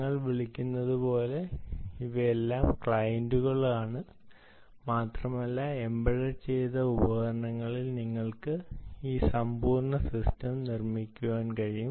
ഞങ്ങൾ വിളിക്കുന്നതുപോലെ ഇവയെല്ലാം ക്ലയന്റുകളാണ് മാത്രമല്ല എംബഡ് ചെയ്ത ഉപകരണങ്ങളിൽ നിങ്ങൾക്ക് ഈ സമ്പൂർണ്ണ സിസ്റ്റം നിർമ്മിക്കാൻ കഴിയും